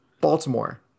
Baltimore